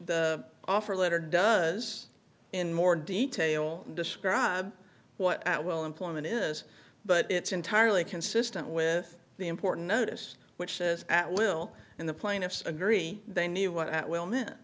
offer letter does in more detail describe what at will employment is but it's entirely consistent with the important notice which says at will and the plaintiffs agree they knew what that will mean